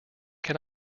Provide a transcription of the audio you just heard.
can